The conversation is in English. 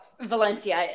Valencia